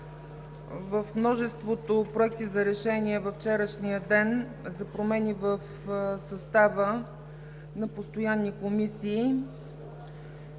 в множеството проекти за решение във вчерашния ден за промени в състава на постоянни комисии